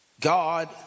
God